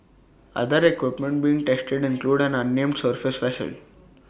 other equipment being tested include an unnamed surface vessel